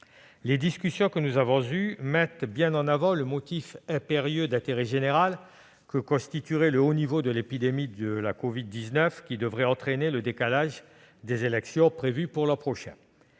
Les discussions que nous avons eues mettent bien en avant le motif impérieux d'intérêt général que constituerait le haut niveau de l'épidémie de la covid-19, qui devrait entraîner le décalage des élections prévues pour l'an prochain.